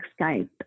Skype